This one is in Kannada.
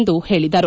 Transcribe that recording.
ಎಂದು ಹೇಳಿದರು